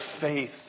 faith